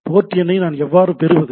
board எண்ணை நான் எவ்வாறு பெறுவது